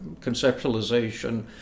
conceptualization